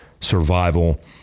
survival